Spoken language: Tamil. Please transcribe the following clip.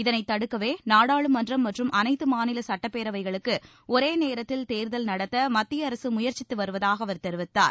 இதனைத் தடுக்கவே நாடாளுமன்றம் மற்றும் அனைத்து மாநில சுட்டப்பேரவைகளுக்கு ஒரே நேரத்தில் தேர்தல் நடத்த மத்திய அரசு முயற்சித்து வருவதாக அவர் தெரிவித்தார்